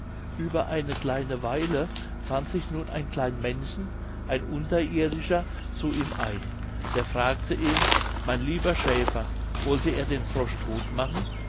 ueber eine kleine weile fand sich nun ein klein männchen ein unterirdischer zu ihm ein der fragte ihn mein lieber schäfer wollte er den frosch todt machen